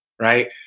right